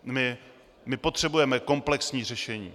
My potřebujeme komplexní řešení!